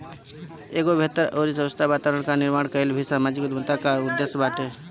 एगो बेहतर अउरी स्वस्थ्य वातावरण कअ निर्माण कईल भी समाजिक उद्यमिता कअ उद्देश्य बाटे